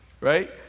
right